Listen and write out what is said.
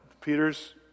Peter's